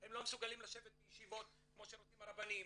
הם לא מסוגלים לשבת בישיבות כמו שרוצים הרבנים,